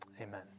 Amen